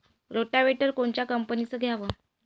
Rotavator कोनच्या कंपनीचं घ्यावं?